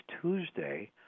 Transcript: Tuesday